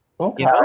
Okay